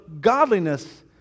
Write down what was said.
godliness